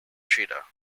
trader